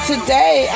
Today